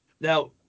Now